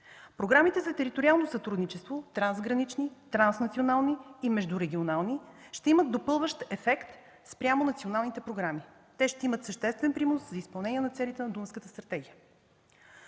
Програмите за териториално сътрудничество – трансгранични, транснационални и междурегионални, ще имат допълващ ефект спрямо националните програми. Те ще имат съществен принос и за изпълнение целите на Дунавската стратегия.